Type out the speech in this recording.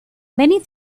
many